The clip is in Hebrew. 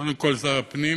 קודם כול שר הפנים,